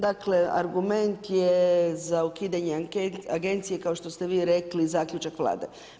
Dakle, argument je za ukidanje agencije, kao što ste vi rekli, zaključak vlade.